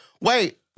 Wait